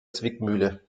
zwickmühle